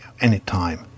anytime